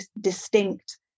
distinct